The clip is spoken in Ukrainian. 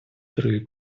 три